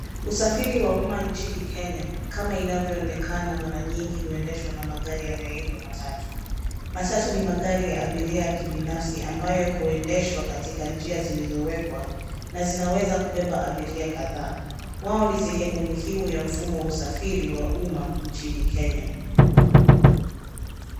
Usafiri wa umma nchini Kenya, kama inavyoonekana, mara nyingi huendeshwa na magari yanayoitwa matatu. Matatu ni magari ya abiria ya kibinafsi ambayo huendeshwa katika njia zilizowekwa na zinaweza kubeba abiria kadhaa. Wao ni sehemu muhimu ya mfumo wa usafiri wa umma nchini Kenya.